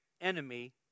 enemy